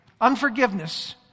Unforgiveness